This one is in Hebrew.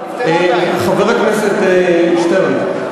חבר הכנסת שטרן,